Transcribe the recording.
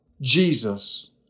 Jesus